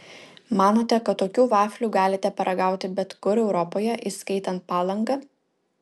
manote kad tokių vaflių galite paragauti bet kur europoje įskaitant palangą